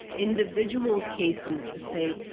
individual's cases to say,